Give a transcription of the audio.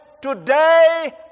today